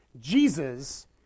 Jesus